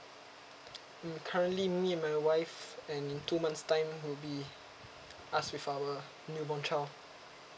mm currently me and my wife and in two months time will be us with our new born child